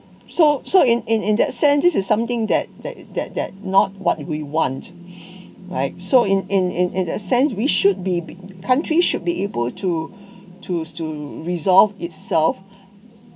so so in in in that sense this is something that that that that not what we want right so in in in in a sense we should be bi~ country should be able to to to resolve itself